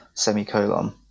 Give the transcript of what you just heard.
semicolon